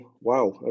Wow